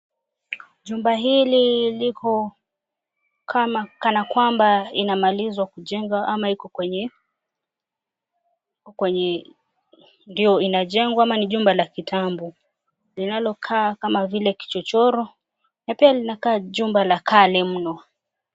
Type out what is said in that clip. Chumba hili liko kanakwamba inamalizwa kujengwa ama iko kwenye ndio inakengwa au ni jumba la kitambo linavhokaa kama vile kichochoro na pia linakaa kama jumba la kale mno.